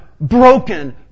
broken